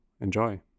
enjoy